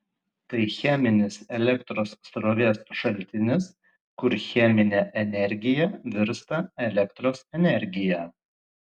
tai cheminis elektros srovės šaltinis kur cheminė energija virsta elektros energija